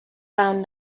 found